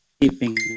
keeping